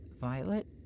Violet